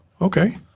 Okay